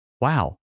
wow